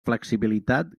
flexibilitat